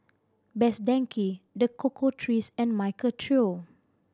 Best Denki The Cocoa Trees and Michael Trio